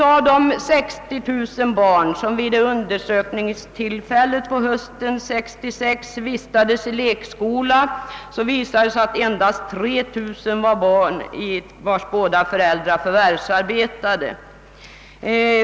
Av de 60 000 barn, som vid undersökningstillfället på hösten 1966 vistades i lekskola, var det endast 3 000 barn vilkas båda föräldrar förvärvsarbetade.